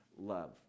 love